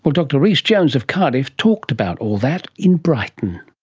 but dr rhys jones of cardiff talked about all that in brighton.